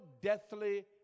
deathly